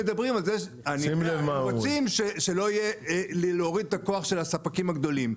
הם מדברים על זה שהם רוצים להוריד את הכוח של הספקים הגדולים.